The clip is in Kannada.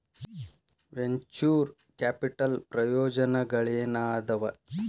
ವೆಂಚೂರ್ ಕ್ಯಾಪಿಟಲ್ ಪ್ರಯೋಜನಗಳೇನಾದವ